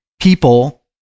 people